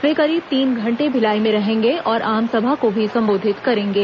वे करीब तीन घंटे भिलाई में रहेंगे और आमसभा को भी संबोधित करेंगे